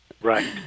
Right